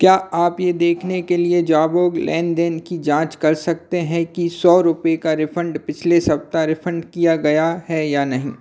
क्या आप ये देखने के लिए जबौंग लेन देन की जाँच कर सकते हैं कि सौ रुपये का रिफंड पिछले सप्ताह रिफंड किया गया है या नहीं